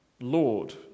Lord